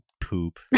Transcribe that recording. poop